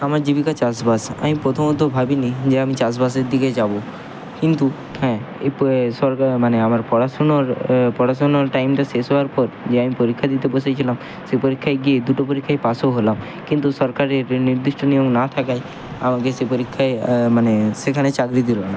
আমার জীবিকা চাষ বাস আমি প্রথমত ভাবি নি যে আমি চাষবাসের দিকে যাবো কিন্তু হ্যাঁ এই সরকার মানে আমার পড়াশুনোর পড়াশুনোর টাইমটা শেষ হওয়ার পর যে আমি পরীক্ষা দিতে বসেছিলাম সেই পরীক্ষায় গিয়ে দুটো পরীক্ষায় পাশও হলাম কিন্তু সরকারের নির্দিষ্ট নিয়ম না থাকায় আমাকে সে পরীক্ষায় মানে সেখানে চাকরি দিলো না